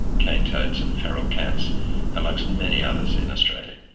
cane toads and feral cats among so many others in australia.